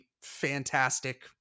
fantastic